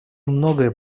многое